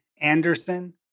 Anderson